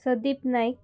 Sandeep Naik